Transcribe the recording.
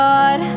God